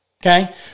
okay